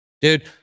Dude